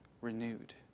renewed